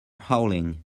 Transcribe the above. howling